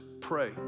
pray